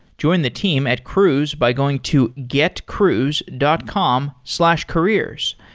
join the team at cruise by going to getcruise dot com slash careers.